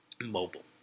mobile